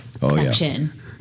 section